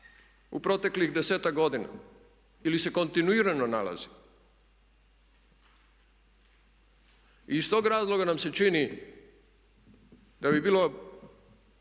u proteklih 10-ak godina, ili se kontinuirano nalazi. I iz tog razloga nam se čini da bi bilo